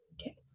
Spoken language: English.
Okay